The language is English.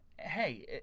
hey